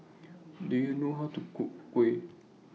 Do YOU know How to Cook Kuih